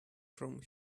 from